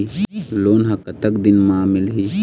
Loan ह कतक दिन मा मिलही?